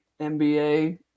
nba